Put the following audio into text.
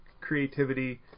creativity